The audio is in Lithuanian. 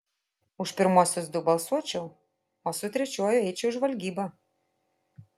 už pirmuosius du balsuočiau o su trečiuoju eičiau į žvalgybą